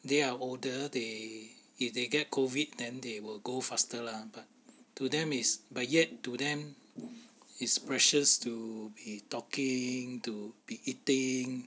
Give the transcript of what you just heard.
they are older they if they get COVID then they will go faster lah but to them is but yet to them it's precious to be talking to be eating